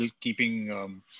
keeping